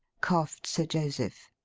coughed sir joseph.